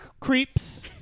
creeps